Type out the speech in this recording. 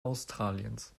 australiens